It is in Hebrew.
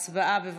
הצבעה, בבקשה.